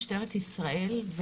משטרת ישראל,